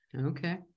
Okay